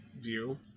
view